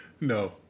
No